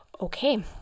okay